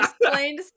explained